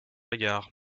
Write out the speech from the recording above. égard